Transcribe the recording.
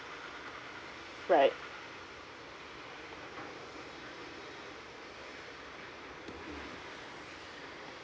right